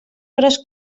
gros